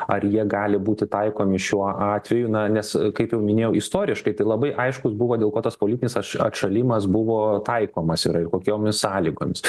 ar jie gali būti taikomi šiuo atveju na nes kaip jau minėjau istoriškai tai labai aiškus buvo dėl ko tas politinis aš atšalimas buvo taikomas yra ir kokiomis sąlygomis